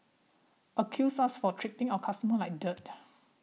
accused us for treating our customers like dirt